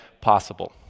possible